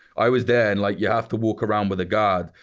i was there, and like you have to walk around with a guard,